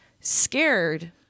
scared